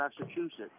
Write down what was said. Massachusetts